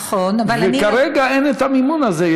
נכון, אבל אני, וכרגע אין המימון הזה.